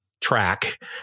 track